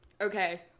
Okay